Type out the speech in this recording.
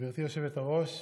היושבת-ראש,